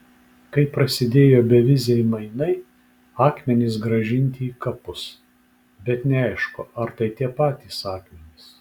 kai prasidėjo beviziai mainai akmenys grąžinti į kapus bet neaišku ar tai tie patys akmenys